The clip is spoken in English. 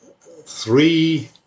three